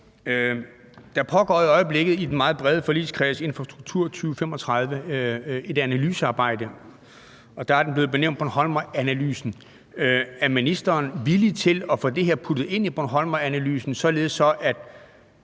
Der pågår for øjeblikket i den meget brede forligskreds om Infrastrukturplan 2035 et analysearbejde, som er blevet benævnt bornholmeranalysen. Er ministeren villig til at få det her puttet ind i bornholmeranalysen, så